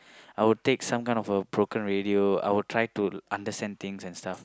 I'd take some kind of a broken radio I'd try to understand things and stuff